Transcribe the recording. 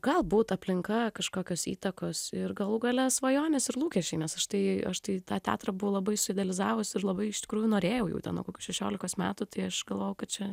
galbūt aplinka kažkokios įtakos ir galų gale svajonės ir lūkesčiai nes aš tai aš tai tą teatrą buvo labai su idealizavus ir labai iš tikrųjų norėjau jau ten nuo šešiolikos metų tai aš galvojau kad čia